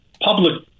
public